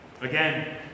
Again